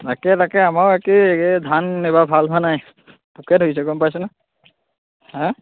তাকে তাকে আমাৰো একে এয়া ধান এইবাৰ ভাল হোৱা নাই পোকে ধৰিছে গম পাইছনে হা